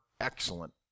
excellent